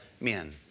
men